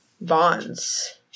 Bonds